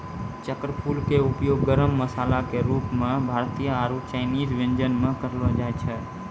चक्रफूल के उपयोग गरम मसाला के रूप मॅ भारतीय आरो चायनीज व्यंजन म करलो जाय छै